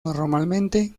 normalmente